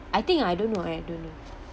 I think I don't know I don't know